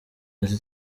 ati